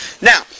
Now